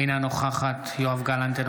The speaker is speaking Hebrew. אינה נוכחת יואב גלנט,